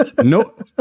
No